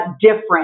different